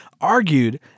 argued